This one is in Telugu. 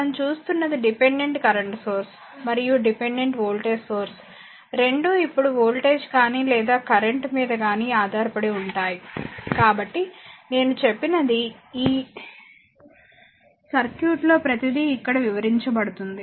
మనం చూస్తున్నది డిపెండెంట్ కరెంట్ సోర్స్ మరియు డిపెండెంట్ వోల్టేజ్ సోర్స్ రెండు ఇప్పుడు వోల్టేజ్ గాని లేదా కరెంట్ మీద గాని ఆధారపడి ఉంటాయి కాబట్టి నేను చెప్పినది మా ఈ సర్క్యూట్లో ప్రతిదీ ఇక్కడ వివరించబడింది